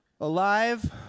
alive